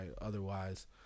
Otherwise